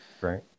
Right